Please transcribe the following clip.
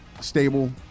stable